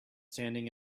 standing